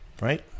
Right